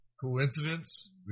Coincidence